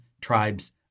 tribes